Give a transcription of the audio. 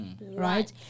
Right